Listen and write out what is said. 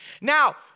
Now